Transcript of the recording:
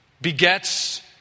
begets